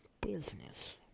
business